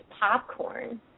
popcorn